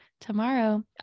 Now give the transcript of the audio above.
tomorrow